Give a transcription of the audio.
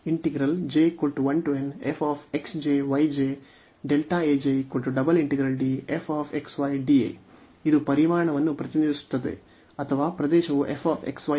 ಈ ಕಾರ್ಯವನ್ನು 1 ಎಂದು ನಾವು ಹೇಳಿದರೆ ಇದು ಪರಿಮಾಣವನ್ನು ಪ್ರತಿನಿಧಿಸುತ್ತದೆ ಅಥವಾ ಪ್ರದೇಶವು f x y 1 ಆಗಿದ್ದರೆ